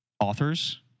Authors